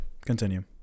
continue